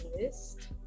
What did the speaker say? list